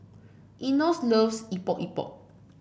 Enos loves Epok Epok